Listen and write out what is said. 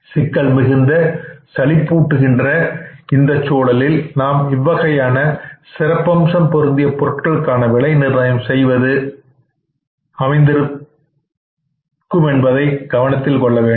சிக்கல் மிகுந்த சலிப்பு ஊட்டுகின்ற சூழலில் நாம் இவ்வகையான சிறப்பம்சம் பொருந்திய பொருட்களுக்கான விலை நிர்ணயம் செய்வது அமைந்திருக்கும் என கவனத்தில் கொள்ள வேண்டும்